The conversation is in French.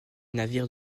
navires